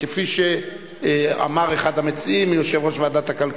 אמרתי שאם רוצים לעשות